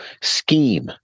Scheme